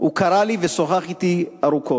הוא קרא לי ושוחח אתי ארוכות.